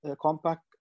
compact